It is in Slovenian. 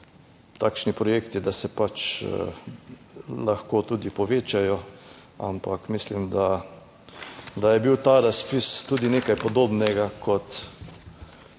takšni projekti, da se lahko tudi povečajo, ampak mislim, da je bil ta razpis tudi nekaj podobnega kot